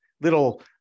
little